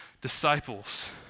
disciples